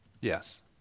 Yes